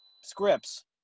scripts